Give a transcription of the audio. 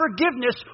forgiveness